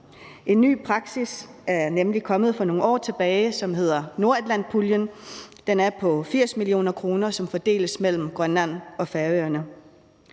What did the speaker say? En ny praksis er nemlig kommet for nogle år tilbage, og den hedder Nordatlantpuljen. Den er på 80 mio. kr., som fordeles mellem Grønland og Færøerne.